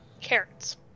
Carrots